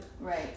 Right